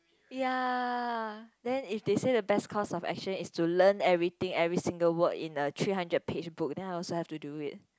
ya then if they said the best course of action is to learn everything every single word in a three hundred pages book then I also have to do it